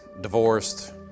divorced